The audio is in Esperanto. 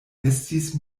estis